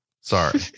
Sorry